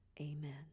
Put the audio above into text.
Amen